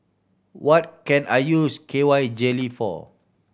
what can I use K Y Jelly for